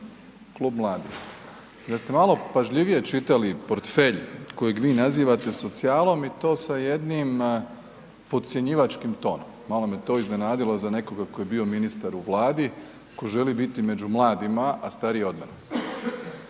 Klub mladih. Da ste malo pažljivije čitali portfelj kojeg vi nazivate socijalom i to sa jednim podcjenjivačkim tonom, malo me to iznenadilo za nekoga tko je bio ministar u Vladi, tko želi biti među mladima, a stariji je